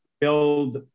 build